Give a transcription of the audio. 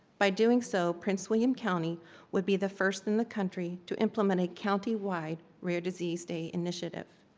by doing so, prince william county would be the first in the country to implement a county-wide rare disease day initiative.